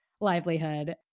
livelihood